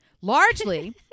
Largely